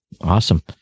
Awesome